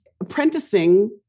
apprenticing